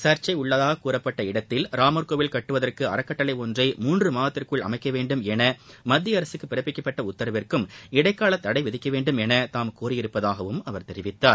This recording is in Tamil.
சர்ச்சை உள்ளதாக கூறப்பட்ட இடத்தில் ராமர் கோவில் கட்டுவதற்கு அறக்கட்டளை ஒன்றை மூன்று மாதத்திற்குள் அமைக்க வேண்டும் என மத்திய அரசுக்கு பிறப்பிக்கப்பட்ட உத்தரவிற்கும் இளடக்காலத் தடை விதிக்க வேண்டும் என தாம் கோரியுள்ளதாகவும் அவர் தெரிவித்தார்